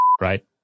right